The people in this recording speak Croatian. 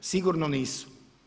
Sigurno nisu.